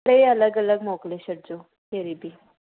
टे अलॻि अलॻि मोकिले छॾिजो कहिड़ी बि